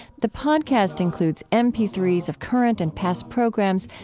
the podcast includes m p three s of current and past programs.